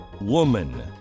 woman